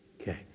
Okay